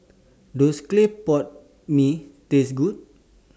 Does Clay Pot Mee Taste Good